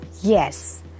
yes